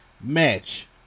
match